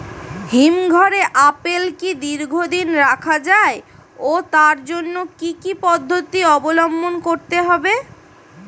হিমঘরে আপেল কি দীর্ঘদিন রাখা যায় ও তার জন্য কি কি পদ্ধতি অবলম্বন করতে হবে?